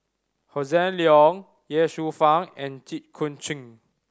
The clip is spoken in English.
Hossan Leong Ye Shufang and Jit Koon Ch'ng